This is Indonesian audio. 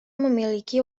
memiliki